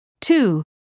two